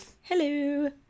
hello